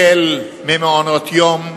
החל במעונות-יום,